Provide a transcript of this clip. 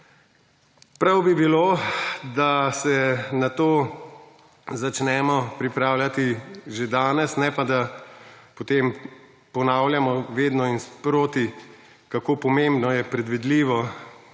Prav bi bilo, da se na to začnemo pripravljati že danes ne pa, da potem ponavljamo vedno in sproti kako pomembno je predvidljivo